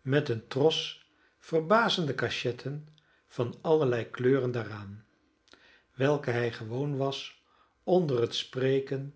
met een tros verbazende cachetten van allerlei kleuren daaraan welke hij gewoon was onder het spreken